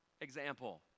Example